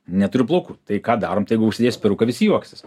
neturiu plaukų tai ką daromtai jeigu užsidėsiu peruką visi juoksis